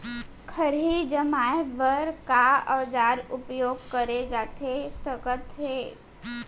खरही जमाए बर का औजार उपयोग करे जाथे सकत हे?